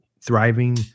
thriving